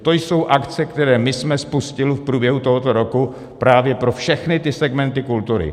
To jsou akce, které my jsme spustili v průběhu tohoto roku právě pro všechny segmenty kultury.